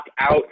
out